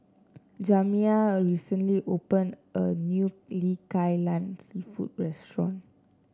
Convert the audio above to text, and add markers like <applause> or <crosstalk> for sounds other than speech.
Jamiya recently opened a new <unintelligible> Kai Lan seafood restaurant